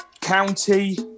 County